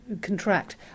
contract